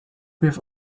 have